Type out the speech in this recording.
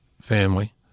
family